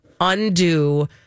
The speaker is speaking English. undo